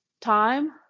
time